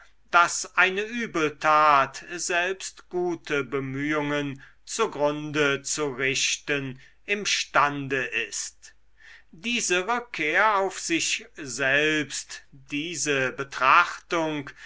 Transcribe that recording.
daß eine übeltat selbst gute bemühungen zugrunde zu richten imstande ist diese rückkehr auf sich selbst diese betrachtung